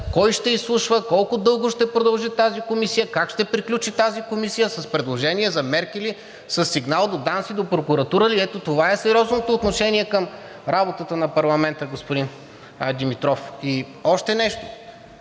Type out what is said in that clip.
кой ще изслушва, колко дълго ще продължи тази комисия, как ще приключи тази комисия – с предложения за мерки ли, със сигнал до ДАНС и прокуратура ли? Ето това е сериозното отношение към работата на парламента, господин Димитров. И още нещо,